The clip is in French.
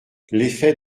l’effet